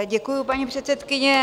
Děkuji, paní předsedkyně.